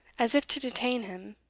as if to detain him.